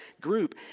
group